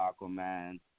Aquaman